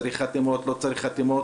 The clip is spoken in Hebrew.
צריך חתימות, לא צריך חתימות?